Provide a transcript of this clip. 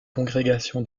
congrégation